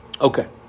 Okay